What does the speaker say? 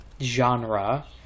genre